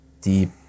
deep